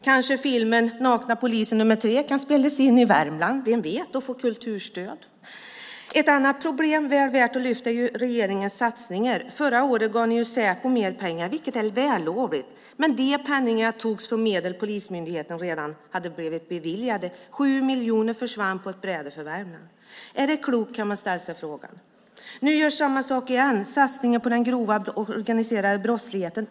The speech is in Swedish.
Kanske filmen Nakna polisen nr 3 kan spelas in i Värmland och få kulturstöd - vem vet? Ett annat problem som är värt att lyfta är regeringens satsningar. Förra året gav ni Säpo mer pengar, vilket är vällovligt. Men dessa penningar togs från medel som polismyndigheterna redan hade blivit beviljade. 7 miljarder försvann på ett bräde för Värmland. Man kan ställa sig frågan om det är klokt. Nu görs samma sak igen men med satsningen mot den grova organiserade brottsligheten.